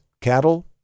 cattle